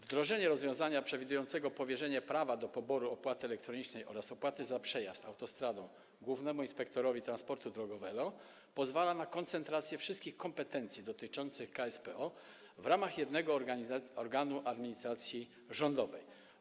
Wdrożenie rozwiązania przewidującego powierzenie prawa do poboru opłaty elektronicznej oraz opłaty za przejazd autostradą głównemu inspektorowi transportu drogowego pozwala na koncentrację wszystkich kompetencji dotyczących KSPO w ramach jednego organu administracji rządowej.